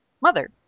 mother